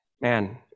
man